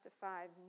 five